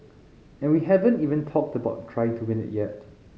and we haven't even talked about trying to win it yet